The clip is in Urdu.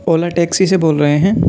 اولا ٹیکسی سے بول رہے ہیں